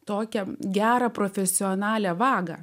tokią gerą profesionalią vagą